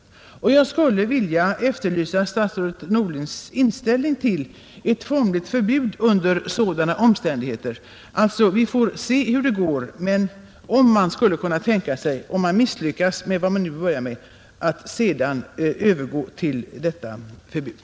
Jag skulle vilja efterlysa statsrådet Norlings inställning till ett formligt förbud under sådana omständigheter. Alltså: Vi får se hur det går i år, men skulle man, om man misslyckas med vad man nu börjar med, kunna tänka sig att sedan övergå att genomföra detta förbud?